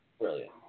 Brilliant